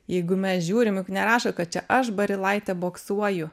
jeigu mes žiūrim juk nerašo kad čia aš barilaitė boksuoju